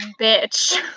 bitch